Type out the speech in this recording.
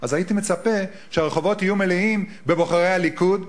אז אני הייתי מצפה שהרחובות יהיו מלאים בבוחרי הליכוד,